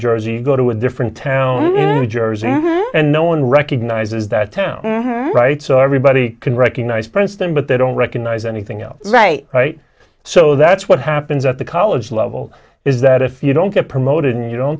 jersey go to a different town every jersey and no one recognizes that town right so everybody can recognize princeton but they don't recognize anything else right right so that's what happens at the college level is that if you don't get promoted and you